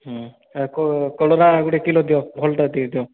କଲରା ଗୁଟେ କିଲୋ ଦିଅ ଭଲ୍ଟା ଟିକେ ଦିଅ